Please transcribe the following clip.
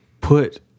put